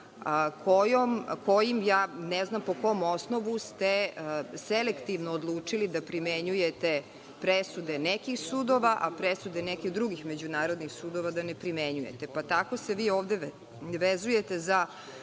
kojim ne znam po kom osnovu ste selektivno odlučili da primenjujete presude nekih sudova, a presude nekih drugih međunarodnih sudova da ne primenjujete, pa tako se ovde vezujete za